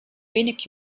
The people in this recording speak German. wenig